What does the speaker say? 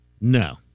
No